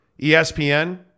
ESPN